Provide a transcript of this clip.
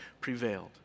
prevailed